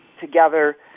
together